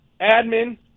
admin